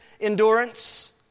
endurance